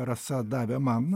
rasa davė man